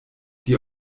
die